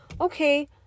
okay